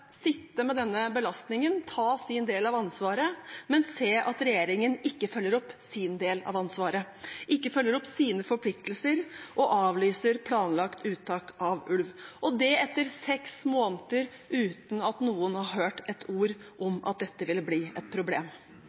sitte med denne belastningen og ta sin del av ansvaret, men se at regjeringen ikke følger opp sin del av ansvaret, ikke følger opp sine forpliktelser og avlyser planlagt uttak av ulv, og det etter seks måneder uten at noen har hørt et ord om at dette ville bli et problem.